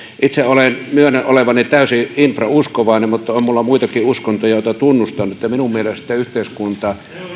itse myönnän olevani täysin infrauskovainen mutta on minulla muitakin uskontoja joita tunnustan minun mielestäni yhteiskunta